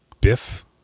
Biff